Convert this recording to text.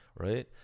right